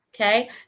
okay